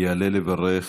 יעלה לברך